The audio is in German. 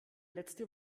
letzte